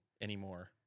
anymore